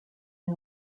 new